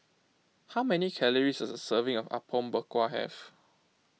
how many calories does a serving of Apom Berkuah have